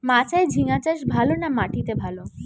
মাচায় ঝিঙ্গা চাষ ভালো না মাটিতে ভালো?